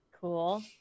Cool